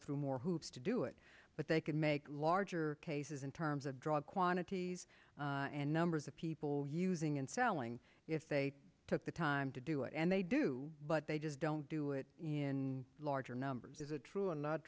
through more hoops to do it but they can make larger cases in terms of drug quantities and numbers of people using and selling if they took the time to do it and they do but they just don't do it in larger numbers is it true or not